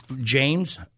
James